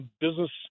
business –